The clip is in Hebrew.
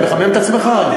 אתה מחמם את עצמך?